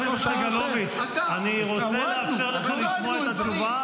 אני רוצה לאפשר לך לשמוע את התשובה.